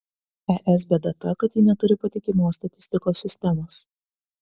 es bėda ta kad ji neturi patikimos statistikos sistemos